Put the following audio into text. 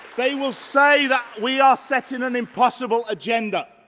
they will say that we are setting an impossible agenda,